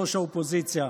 ראש האופוזיציה.